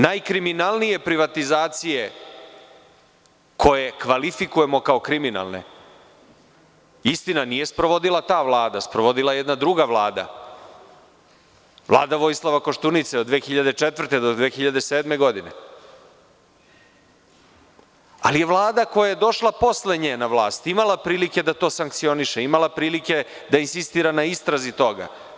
Najkriminalnije privatizacije koje kvalifikujemo kao kriminalne, istina nije sprovodila ta Vlada, sprovodila je jedna druga Vlada, Vlada Vojislava Koštunice, 2004. do 2007. godine, ali je Vlada koja je došla posle nje na vlast i imala prilike da to sankcioniše, imala prilike da insistira na istrazi toga.